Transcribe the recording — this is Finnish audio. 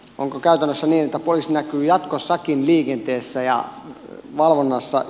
onko käytännössä niitä pois näkyy jatkossakin liikenteessä ja valvonnassa